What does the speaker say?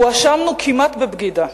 הואשמנו כמעט בבגידה.